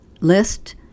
list